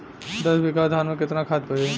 दस बिघा धान मे केतना खाद परी?